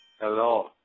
Hello